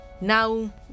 now